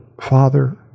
Father